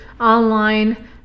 online